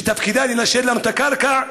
שתפקידה לנשל לנו את הקרקע,